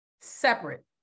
Separate